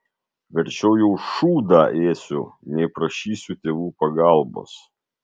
verčiau jau šūdą ėsiu nei prašysiu tėvų pagalbos